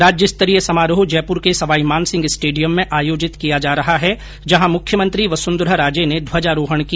राज्य स्तरीय समारोह जयपूर के सवाई मानसिंह स्टेडियम में आयोजित किया जा रहा है जहां मुख्यमंत्री वसुंधरा राजे ने ध्वजारोहण किया